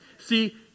See